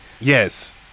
Yes